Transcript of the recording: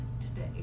Today